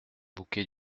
bouquet